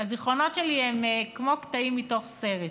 הזיכרונות שלי הם כמו קטעים מתוך סרט.